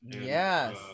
Yes